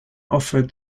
offered